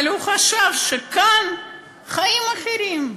אבל הוא חשב שכאן החיים אחרים,